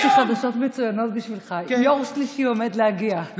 יש לי חדשות מצוינות בשבילך: יו"ר שלישי עומד להגיע,